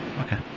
Okay